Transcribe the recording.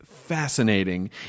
fascinating